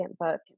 book